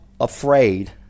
afraid